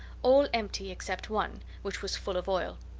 all empty except one, which was full of oil.